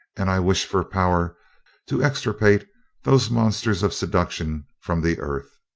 and i wish for power to extirpate those monsters of seduction from the earth.